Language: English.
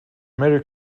merry